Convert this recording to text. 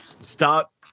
stop